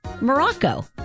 Morocco